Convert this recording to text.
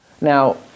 Now